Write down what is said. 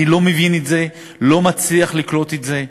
אני לא מבין את זה, לא מצליח לקלוט את זה.